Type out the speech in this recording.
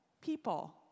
People